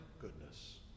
goodness